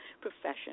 profession